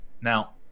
Now